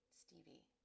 stevie